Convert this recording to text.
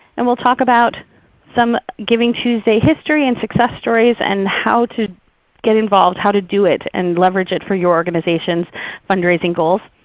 and we'll talk about some givingtuesday history and success stories, stories, and how to get involved, how to do it and leverage it for your organization's fundraising goals.